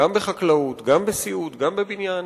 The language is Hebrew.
גם בחקלאות, גם בסיעוד, גם בבניין.